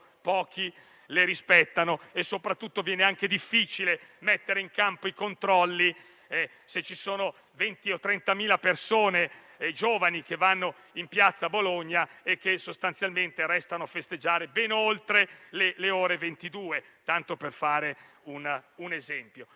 pochi le rispettano. Aggiungo che viene anche difficile mettere in campo i controlli, se ci sono 20.000 o 30.000 giovani che vanno in piazza Bologna e che sostanzialmente restano a festeggiare ben oltre le ore 22, tanto per fare un esempio.